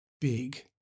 big